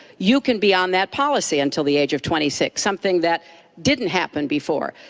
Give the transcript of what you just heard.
you can be on that policy until the age of twenty six, something that didn't happen before.